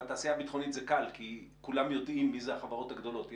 בתעשייה הביטחונית זה קל כי כולם יודעים מי אלה החברות הגדולות.